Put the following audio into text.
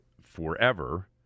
forever